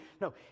no